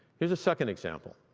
here's a second example.